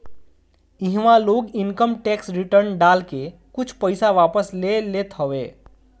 इहवा लोग income tax return डाल के कुछ पईसा वापस ले लेत हवे